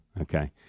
Okay